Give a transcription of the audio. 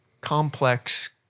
complex